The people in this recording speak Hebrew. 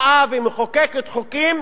באה ומחוקקת חוקים